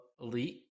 Elite